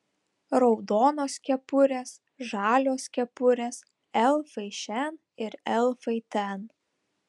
raudonos kepurės žalios kepurės elfai šen ir elfai ten